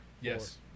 Yes